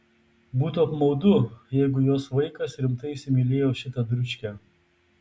būtų apmaudu jeigu jos vaikas rimtai įsimylėjo šitą dručkę